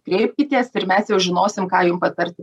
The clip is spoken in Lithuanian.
kreipkitės ir mes jau žinosim ką jum patarti